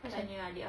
asal